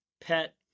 pet